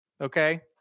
okay